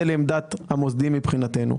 זה לעמדת המוסדיים מבחינתנו.